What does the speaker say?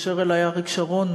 התקשר אלי אריק שרון,